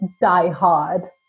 die-hard